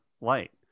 Light